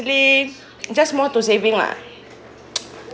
actually just more to saving lah